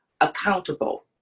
accountable